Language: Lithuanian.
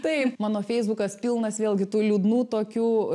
taip mano feisbukas pilnas vėlgi tų liūdnų tokių